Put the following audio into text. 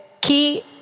key